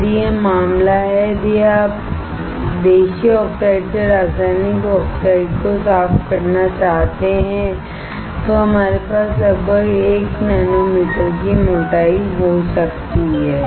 यदि यह मामला है यदि आप नेटिव ऑक्साइड से रासायनिक आक्साइड को साफ करना चाहते हैं तो हमारे पास लगभग 1 नैनोमीटर की मोटाई हो सकती है